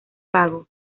pago